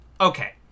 okay